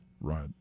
Right